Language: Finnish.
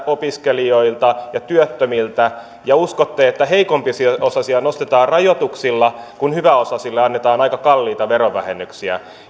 opiskelijoilta ja työttömiltä ja uskotte että heikompiosaisia nostetaan rajoituksilla kun hyväosaisille annetaan aika kalliita verovähennyksiä